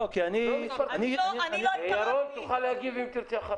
תוכל להגיב אחר כך, אם תרצה.